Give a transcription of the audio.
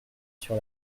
sur